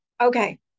Okay